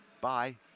bye